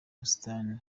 busitani